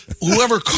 whoever